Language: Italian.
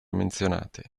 menzionate